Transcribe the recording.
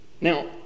now